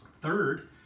third